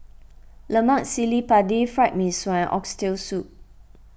Lemak Cili Padi Fried Mee Sua and Oxtail Soup